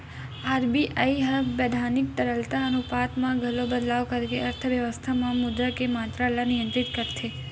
RBI ह बैधानिक तरलता अनुपात म घलो बदलाव करके अर्थबेवस्था म मुद्रा के मातरा ल नियंत्रित करथे